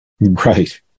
Right